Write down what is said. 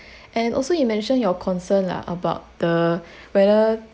and also you mentioned your concern lah about the whether